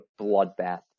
bloodbath